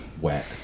wet